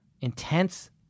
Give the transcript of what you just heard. intense